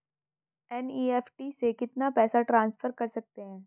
NEFT से कितना पैसा ट्रांसफर कर सकते हैं?